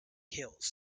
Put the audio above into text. hills